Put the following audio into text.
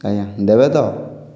ଆଜ୍ଞା ଦେବେ ତ